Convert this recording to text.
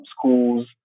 schools